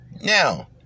now